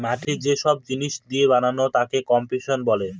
মাটি যে সব জিনিস দিয়ে বানায় তাকে কম্পোসিশন বলে